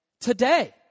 Today